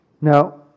Now